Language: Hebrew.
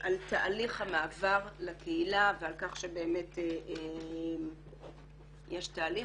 על תהליך המעבר לקהילה ועל כך שבאמת יש תהליך.